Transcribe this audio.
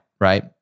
right